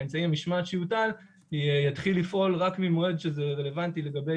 אמצעי המשמעת שיוטל יתחיל לפעול רק ממועד שזה רלוונטי לגבי